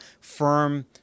firm